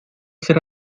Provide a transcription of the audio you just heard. ser